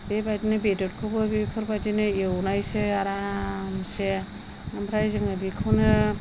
बेबादिनो बेदरखौबो बेफोरबायदिनो एवनायसै आरामसे ओमफ्राय जोङो बेखौनो